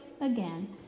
again